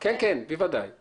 כדי לעשות טוב ולשנות,